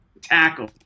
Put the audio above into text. tackle